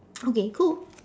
okay cool